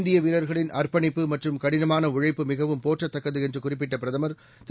இந்தியவீரர்களின்அர்ப்பணிப்புமற்றும்கடினமானஉழை ப்புமிகவும்போற்றத்தக்கதுஎன்றுகுறிப்பிட்டபிரதமர்திரு